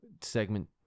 segment